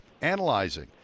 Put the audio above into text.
analyzing